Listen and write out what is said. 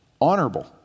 honorable